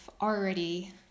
already